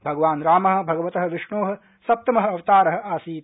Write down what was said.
भगवान् रामः भगवतः विष्णोः सप्तमः अवतारः आसीत्